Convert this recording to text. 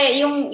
yung